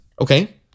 Okay